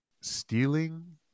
stealing